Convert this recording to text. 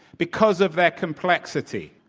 because of their complexity.